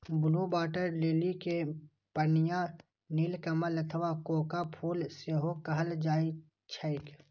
blue water lily कें पनिया नीलकमल अथवा कोका फूल सेहो कहल जाइ छैक